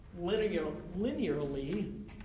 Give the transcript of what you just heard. linearly